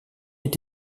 est